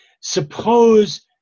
Suppose